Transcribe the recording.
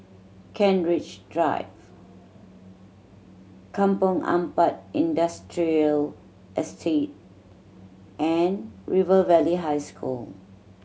Kent Ridge Drive Kampong Ampat Industrial Estate and River Valley High School